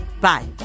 Bye